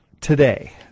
today